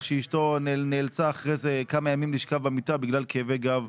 שאשתו נאלצה אחרי כמה ימים לשכב במיטה בגלל כאבי גב,